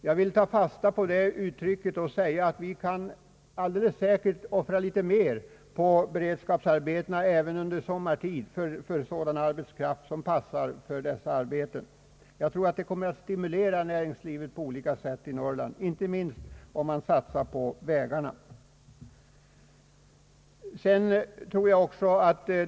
Jag vill ta fasta på detta uttalande och säga att vi alldeles säkert kan lägga litet mer medel på beredskapsarbetena även sommartid för sådan arbetskraft som passar för dessa arbeten. Jag tror att det kommer att stimulera näringslivet på olika sätt i Norrland, inte minst om det satsas på vägarna.